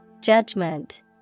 Judgment